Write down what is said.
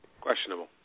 Questionable